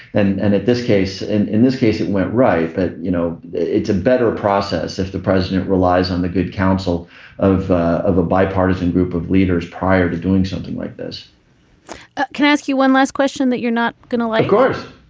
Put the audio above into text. and and at this case and in this case it went right. but you know it's a better process if the president relies on the good counsel of ah of a bipartisan group of leaders prior to doing something like this can i ask you one last question that you're not going to let like go.